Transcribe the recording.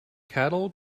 cattle